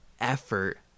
effort